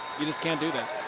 you just can't do that.